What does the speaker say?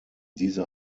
diese